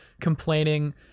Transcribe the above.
complaining